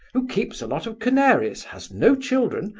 who keeps a lot of canaries, has no children,